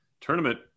tournament